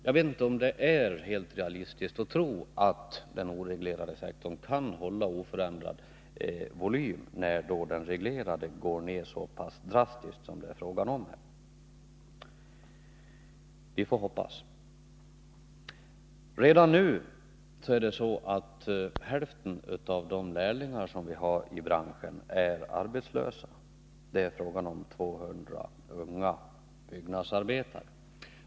Jag vet inte om det är helt realistiskt att tro att den oreglerade sektorn kan hålla oförändrad volym, när den reglerade går ner så drastiskt som det är fråga om. Vi får hoppas att detta är möjligt. Redan nu är det så att hälften av de lärlingar som vi har i branschen är arbetslösa. Det är fråga om 200 unga byggnadsarbetare.